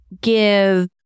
give